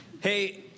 Hey